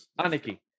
Aniki